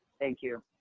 thank you.